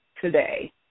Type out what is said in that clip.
today